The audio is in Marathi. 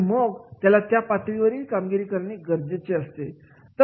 आणि मग त्याला त्या पातळीतील कामगिरी करण्यासाठी गरजेचे असणारे कौशल्य असतात